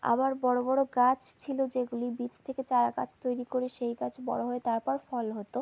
আবার বড়ো বড়ো গাছ ছিলো যেগুলি বীজ থেকে চারা গাছ তৈরী করে সেই গাছ বড়ো হয়ে তারপর ফল হতো